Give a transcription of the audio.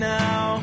now